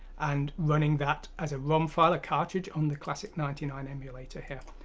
and running that as a rom file a cartridge on the classic ninety nine emulator here.